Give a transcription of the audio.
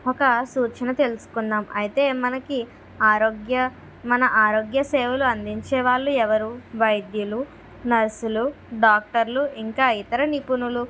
ఒక సూచన తెలుసుకుందాం అయితే మనకి ఆరోగ్య మన ఆరోగ్య సేవలు అందించే వాళ్ళు ఎవరు వైద్యులు నర్సులు డాక్టర్లు ఇంకా ఇతర నిపుణులు